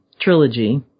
trilogy